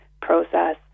process